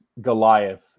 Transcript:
Goliath